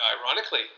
Ironically